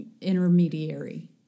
intermediary